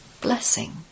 Blessing